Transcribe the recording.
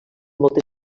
moltes